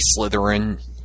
Slytherin